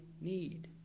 need